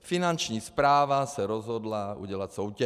Finanční správa se rozhodla udělat soutěž.